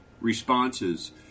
responses